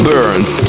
Burns